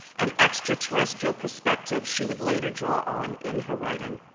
an extra terrestrial perspective she would later draw on in her writing.